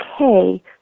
okay